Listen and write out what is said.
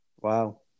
Wow